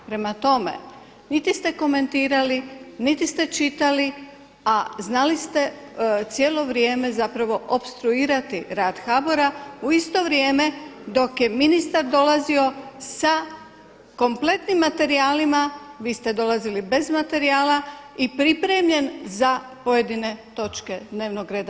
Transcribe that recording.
Prema tome, niti ste komentirali, niti ste čitali, a znali ste cijelo vrijeme zapravo opstruirati rad HBOR-a u isto vrijeme dok je ministar dolazio sa kompletnim materijalima, vi ste dolazili bez materijala i pripremljen na pojedine točke dnevnog rada.